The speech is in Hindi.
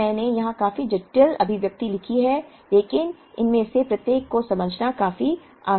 अब मैंने यहाँ काफी जटिल अभिव्यक्ति लिखी है लेकिन इनमें से प्रत्येक को समझाना काफी आसान है